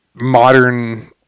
modern